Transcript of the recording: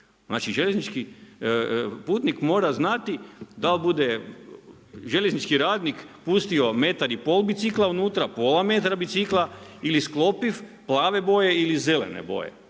Znači željeznički putnik mora znati dal bude željeznički radnik pustio metar i pol bicikla pola metra bicikla, ili sklopiv, plave boje ili zelene boje.